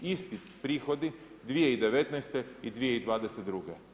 Isti prihodi 2019. i 2022.